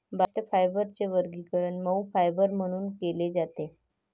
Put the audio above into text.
bast फायबरचे वर्गीकरण मऊ फायबर म्हणून केले जाते